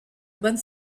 bonne